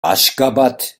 aşgabat